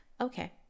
Okay